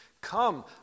Come